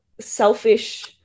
selfish